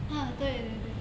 啊对对对